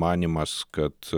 manymas kad